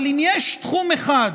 אבל אם יש תחום אחד